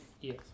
Yes